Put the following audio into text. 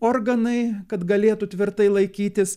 organai kad galėtų tvirtai laikytis